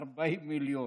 מיליון?